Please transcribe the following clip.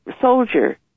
soldier